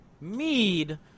mead